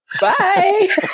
Bye